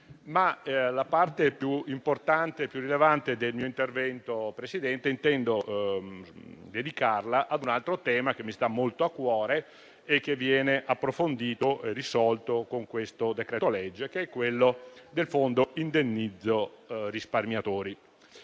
La parte più rilevante del mio intervento intendo dedicarla ad un altro tema che mi sta molto a cuore, che viene approfondito e risolto con questo decreto-legge: sto parlando del fondo indennizzo risparmiatori.